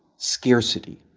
scarcity,